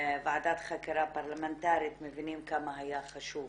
ועדת חקירה פרלמנטרית מבינים כמה היה חשוב